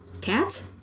Cat